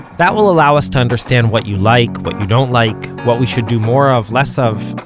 that will allow us to understand what you like, what you don't like, what we should do more of, less of.